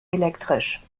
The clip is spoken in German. elektrisch